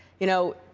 you know,